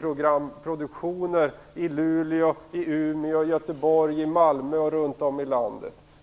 programproduktioner i Luleå, Umeå, Göteborg, Malmö och runt om i landet.